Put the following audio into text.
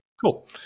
Cool